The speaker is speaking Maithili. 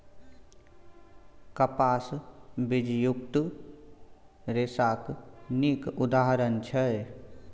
कपास बीजयुक्त रेशाक नीक उदाहरण छै